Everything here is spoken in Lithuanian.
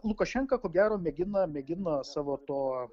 lukašenka ko gero mėgina mėgino savo to